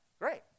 Great